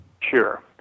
Sure